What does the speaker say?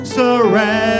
surrender